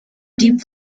deep